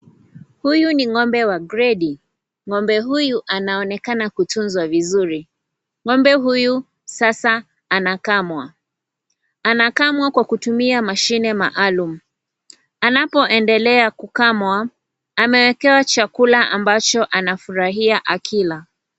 Huyu ni ng'ombe wa gredi. Ng'ombe huyu anaonekana kutunzwa vizuri. Ng'ombe huyu sasa anakamwa. Anakamwa kwa kutumia mashine maalum. Anapoendelea kukamwa, amewekewa chakula ambacho anafurahia akila.